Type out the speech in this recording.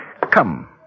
Come